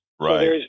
Right